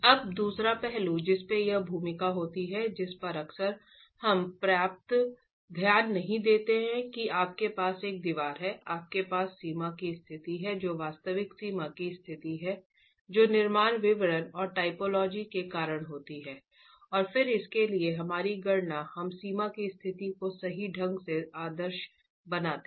अब दूसरा पहलू जिसमें एक भूमिका होती है जिस पर अक्सर हम पर्याप्त ध्यान नहीं देते हैं कि आपके पास एक दीवार है आपके पास सीमा की स्थिति है जो वास्तविक सीमा की स्थिति है जो निर्माण विवरण और टाइपोलॉजी के कारण होती है और फिर इसके लिए हमारी गणना हम सीमा की स्थिति को सही ढंग से आदर्श बनाते हैं